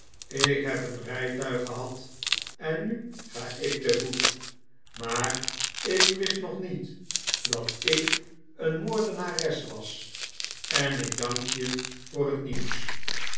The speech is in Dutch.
ik heb een rijtuig gehad en nu ga ik te voet maar ik wist nog niet dat ik een moordenares was en ik dank je voor het nieuws